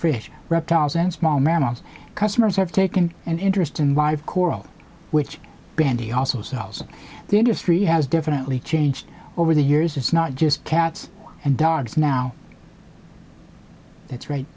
fish reptiles and small mammals customers have taken an interest in live coral which brandy also sells and the industry has definitely changed over the years it's not just cats and dogs now that's right